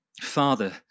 Father